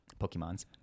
Pokemons